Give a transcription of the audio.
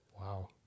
Wow